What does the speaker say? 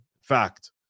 fact